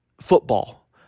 football